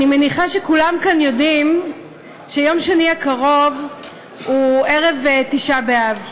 אני מניחה שכולם כאן יודעים שיום שני הקרוב הוא ערב תשעה באב,